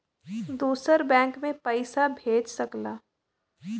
दूसर बैंक मे पइसा भेज सकला